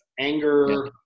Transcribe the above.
anger